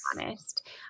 honest